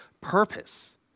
purpose